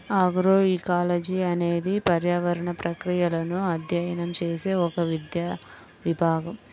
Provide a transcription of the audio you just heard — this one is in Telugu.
ఆగ్రోఇకాలజీ అనేది పర్యావరణ ప్రక్రియలను అధ్యయనం చేసే ఒక విద్యా విభాగం